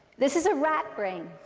this is a rat brain.